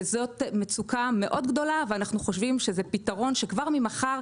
וזאת מצוקה מאוד גדולה ואנחנו חושבים שזה פתרון שכבר ממחר,